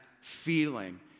feeling